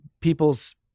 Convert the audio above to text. people's